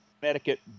Connecticut